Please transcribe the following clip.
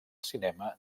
cinema